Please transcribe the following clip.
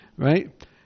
Right